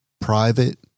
private